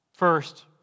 First